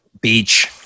Beach